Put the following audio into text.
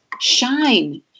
shine